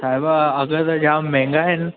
साहिबु अघ त जाम महांगा आहिनि